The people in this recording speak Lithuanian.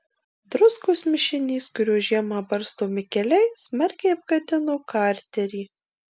druskos mišinys kuriuo žiemą barstomi keliai smarkiai apgadino karterį